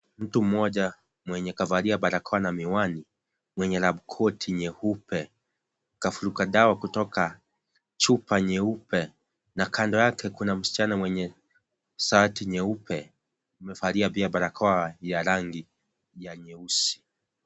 Mtu mmoja mwenye kavalia barakoa na miwani, mwenye lab coat nyeupe kavuta dawa kutoka chupa nyeupe na kando yake kuna msichana mwenye shati nyeupe amevalia pia barakoa yenye rangi ya nyeusi.